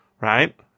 Right